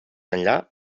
enllà